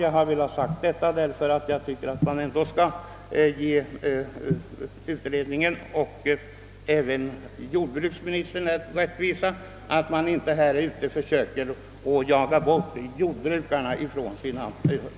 Jag har velat säga detta, eftersom jag tycker att man ändå skall göra jordbruksutredningen och även jordbruksministern den rättvisan att de inte försöker jaga bort jordbrukarna från deras gårdar.